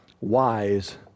wise